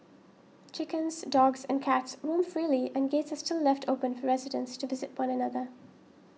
chickens dogs and cats roam freely and gates are still left open for residents to visit one another